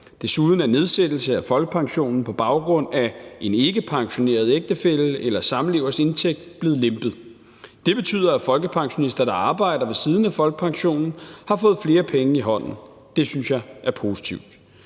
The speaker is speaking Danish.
Desuden er nedsættelse af folkepensionen på baggrund af en ikkepensioneret ægtefælles eller samlevers indtægt blevet lempet. Det betyder, at folkepensionister, der arbejder ved siden af folkepensionen, har fået flere penge i hånden. Det synes jeg er positivt.